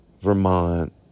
Vermont